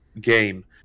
game